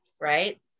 right